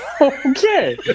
Okay